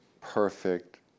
perfect